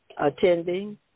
attending